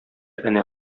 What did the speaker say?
энә